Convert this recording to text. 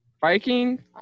Viking